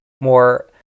more